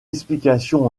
explication